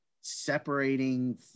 separating